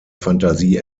fantasie